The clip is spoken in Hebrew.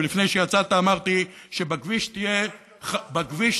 ולפני שיצאת אמרתי שבכביש תהיה חכם